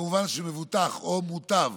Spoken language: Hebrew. כמובן שמבוטח או מוטב